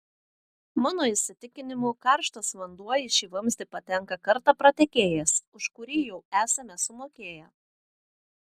mano įsitikinimu karštas vanduo į šį vamzdį patenka kartą pratekėjęs už kurį jau esame sumokėję